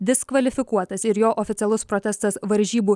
diskvalifikuotas ir jo oficialus protestas varžybų